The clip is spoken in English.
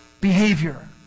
behavior